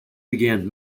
began